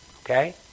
okay